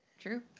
True